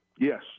Yes